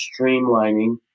streamlining